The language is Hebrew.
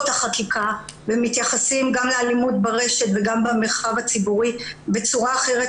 את החקיקה ומתייחסים גם לאלימות ברשת וגם במרחב הציבורי בצורה אחרת,